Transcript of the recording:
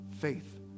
faith